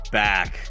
back